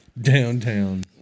Downtown